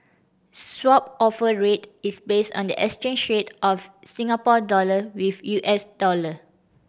Swap Offer Rate is based on the exchange rate of Singapore dollar with U S dollar